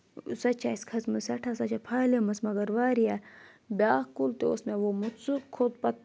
سۄ تہِ چھےٚ اَسہِ کھَسمٕژ سؠٹھاہ سۄ چھےٚ پھلیمٕژ مگر واریاہ بیاکھ کُل تہِ اوس مےٚ ووٚمُت سُہ کھوٚت پَتہٕ